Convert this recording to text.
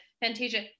Fantasia